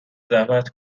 زحمت